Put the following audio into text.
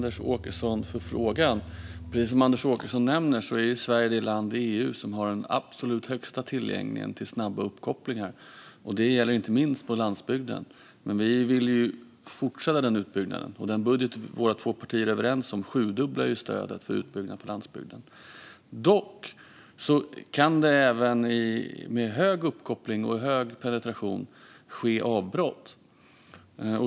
Fru talman! Tack för frågan, Anders Åkesson! Precis som Anders Åkesson nämner är Sverige det land i EU som har den absolut största tillgången till snabba uppkopplingar. Det gäller inte minst på landsbygden. Vi vill fortsätta den utbyggnaden. I den budget som våra två partier är överens om sjudubblas stödet för utbyggnaden på landsbygden. Dock kan det även med hög uppkoppling och hög penetration ske avbrott.